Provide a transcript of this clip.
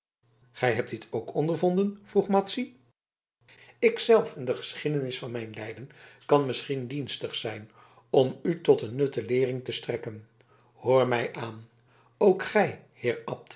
gij hebt dit ook ondervonden vroeg madzy ik zelf en de geschiedenis van mijn lijden kan misschien dienstig zijn om u tot een nutte leering te strekken hoor mij aan ook gij heer